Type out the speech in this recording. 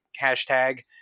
hashtag